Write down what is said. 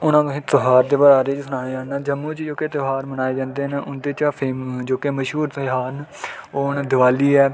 हून अ'ऊं तुसेंगी ध्यार दे बारे च सनाना चाह्न्ना जम्मू च जोह्के ध्यार मनाए जंदे न उं'दे चा फेमस जोह्के मश्हूर ध्यार न ओह् न दिवाली ऐ